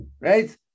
right